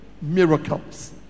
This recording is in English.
Miracles